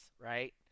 right